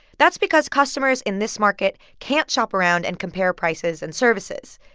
that's because customers in this market can't shop around and compare prices and services.